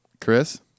Chris